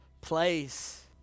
place